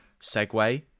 segue